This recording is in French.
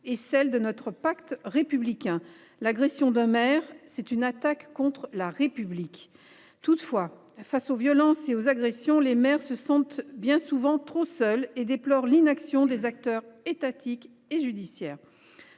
proches et notre pacte républicain : l’agression d’un maire, c’est une attaque contre la République. Toutefois, face aux violences et aux agressions, les maires se sentent bien souvent trop seuls et déplorent l’inaction des acteurs étatiques et judiciaires.